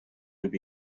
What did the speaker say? would